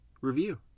review